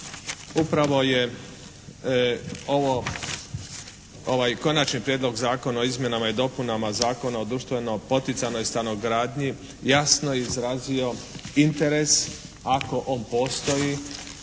Upravo je ovaj Konačni prijedlog Zakona o izmjenama i dopunama Zakona o društveno poticajnoj stanogradnji jasno je izrazio interes ako on postoji